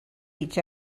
each